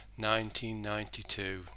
1992